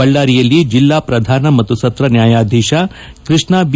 ಬಳ್ಳಾರಿಯಲ್ಲಿ ಜಿಲ್ಲಾ ಪ್ರಧಾನ ಮತ್ತು ಸತ್ರ ನ್ಯಾಯಾಧೀಶ ಕೃಷ್ಣ ಬಿ